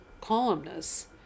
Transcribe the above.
columnists